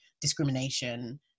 discrimination